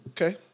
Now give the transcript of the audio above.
Okay